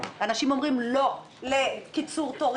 פניות 113 עד 118 - רשויות פיקוח.